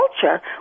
culture